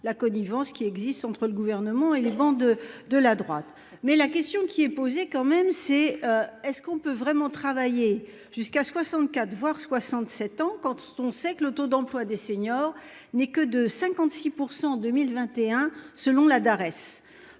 la connivence qui existe entre le gouvernement et le vent de de la droite mais la question qui est posée, quand même, c'est est-ce qu'on peut vraiment travailler jusqu'à 64 voire 67 ans, quand on sait que le taux d'emploi des seniors n'est que de 56% en 2021 selon la Darès